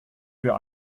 für